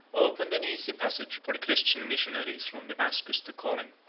opened an easy passage for the christian missionaries from damascus to corinth,